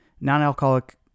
non-alcoholic